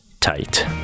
tight